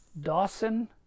Dawson